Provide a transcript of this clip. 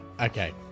Okay